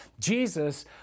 Jesus